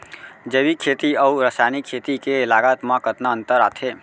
जैविक खेती अऊ रसायनिक खेती के लागत मा कतना अंतर आथे?